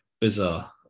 bizarre